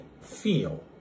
feel